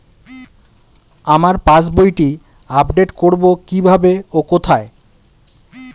আমার পাস বইটি আপ্ডেট কোরবো কীভাবে ও কোথায়?